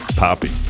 poppy